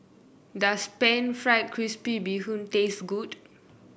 does pan fried crispy Bee Hoon taste good